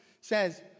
says